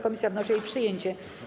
Komisja wnosi o jej przyjęcie.